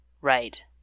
Right